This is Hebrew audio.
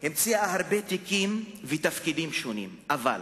המציאה הרבה תיקים ותפקידים שונים, אבל